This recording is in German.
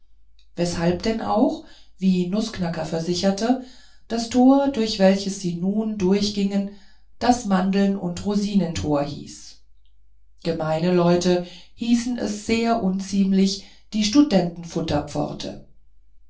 weshalb denn auch wie nußknacker versicherte das tor durch welches sie nun durchgingen das mandeln und rosinentor hieß gemeine leute hießen es sehr unziemlich die